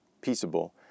peaceable